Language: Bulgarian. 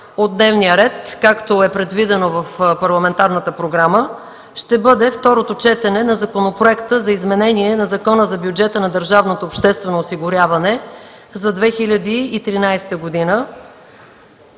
от дневния ред, както е предвидено в парламентарната програма, ще бъде Второ четене на Законопроекта за изменение на Закона за държавното обществено осигуряване за 2013 г.